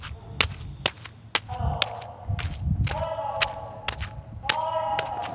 ꯎꯝ hello ꯍꯣꯏ ꯍꯣꯏ ꯍꯣꯏ ꯍꯣꯏ ꯍꯣꯏ ꯍꯣꯏ ꯍꯣꯏ